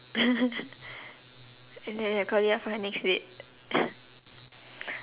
and then I call you up for the next week